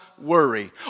worry